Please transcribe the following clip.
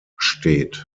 steht